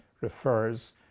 refers